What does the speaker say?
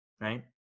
right